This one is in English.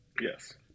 yes